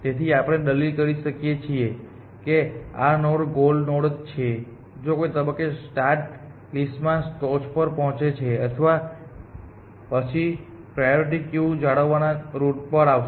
તેથી આપણે દલીલ કરી શકીએ છીએ કે આ નોડ ગોલ નોડ છેજે કોઈ તબક્કે સ્ટાર્ટ લિસ્ટ માં ટોચ પર પહોંચશે અથવા પછી પ્રીયોરીટી ક્યુ જાળવવાના રુટ પર આવશે